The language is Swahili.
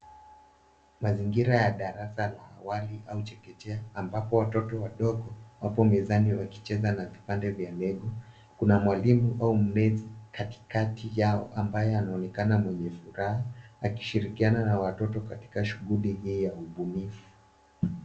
Mazingira ya darasa la awali au chekechea ambapo watoto wadogo wapo mezani wakicheza na vipande vya lego . Kuna mwalimu au mlezi katikati yao ambaye anaonekana mwenye furaha akishirikiana na watoto katika shughuli hii ya ubunifu.